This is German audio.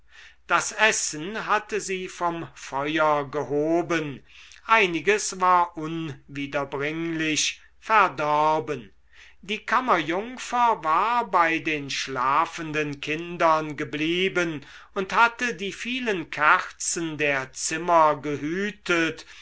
das essen hatte sie vom feuer gehoben einiges war unwiederbringlich verdorben die kammerjungfer war bei den schlafenden kindern geblieben und hatte die vielen kerzen der zimmer gehütet